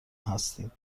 هستیم